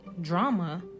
drama